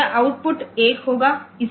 यह आउटपुट 1 होगा